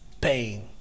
pain